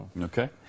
Okay